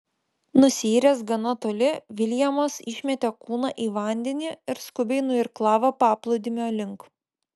nusiyręs gana toli viljamas išmetė kūną į vandenį ir skubiai nuirklavo paplūdimio link